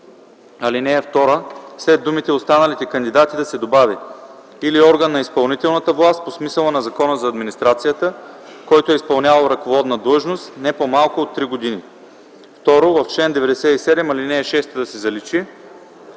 ал. 2 след думите „останалите кандидати” да се добави „или орган на изпълнителната власт по смисъла на Закона за администрацията, който е изпълнявал ръководна длъжност не по малко от три години”. 2. В чл. 97 ал. 6 да се заличи.